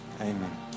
Amen